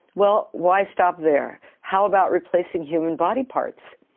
well, why stop there? how about replacing human body parts?